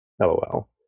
LOL